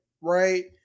Right